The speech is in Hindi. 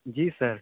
जी सर